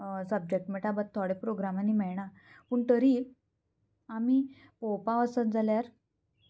subject मेळटा but थोडे प्रोग्रामांनी मेळना पूण तरीय आमी पोवपाक वचत जाल्यार